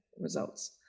results